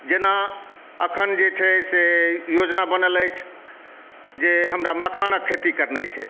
जेना अखन जे छै से योजना बनल अछि जे हमरा मखानक खेती करनाइ छै